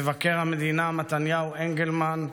מבקר המדינה מתניהו אנגלמן,